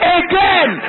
again